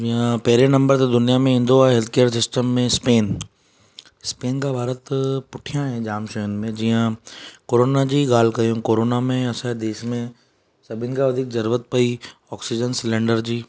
जीअं पहिरें नंबर ते दुनियां में ईंदो आहे हेल्थ केयर में स्पेन स्पेन खां भारत पुठियां आहे जाम शयुनि में जीअं कोरोना जी ॻाल्हि कयूं कोरोना में असांजे देश में सभिनि खां वधीक ज़रूरत पई ऑक्सीजन सिलेंडर जी